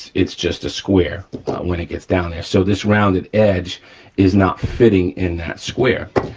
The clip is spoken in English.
it's just a square when it gets down there. so this rounded edge is not fitting in that square.